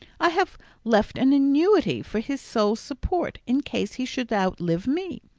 i have left an annuity for his sole support in case he should outlive me.